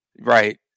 Right